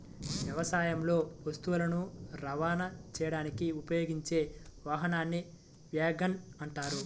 వ్యవసాయంలో వస్తువులను రవాణా చేయడానికి ఉపయోగించే వాహనాన్ని వ్యాగన్ అంటారు